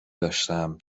داشتم